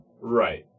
Right